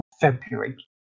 February